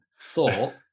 thought